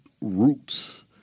roots